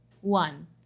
One